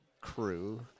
crew